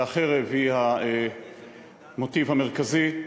והחרב היא המוטיב המרכזי,